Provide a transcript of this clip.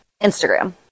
Instagram